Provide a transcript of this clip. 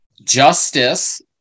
justice